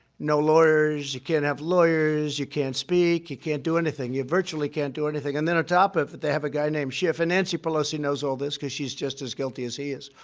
no lawyers you can't have lawyers. you can't speak. you can't do anything. you virtually can't do anything. and then, on top of it, they have a guy named schiff. and nancy pelosi knows all this because she's just as guilty as he is.